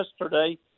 yesterday